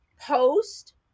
post-